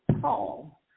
Paul